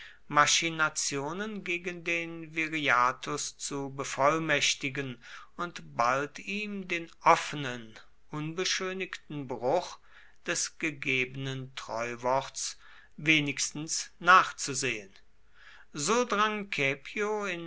machinationen gegen den viriathus zu bevollmächtigen und bald ihm den offenen unbeschönigten bruch des gegebenen treuworts wenigstens nachzusehen so drang